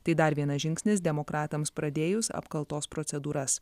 tai dar vienas žingsnis demokratams pradėjus apkaltos procedūras